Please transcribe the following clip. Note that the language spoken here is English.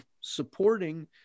supporting